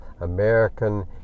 american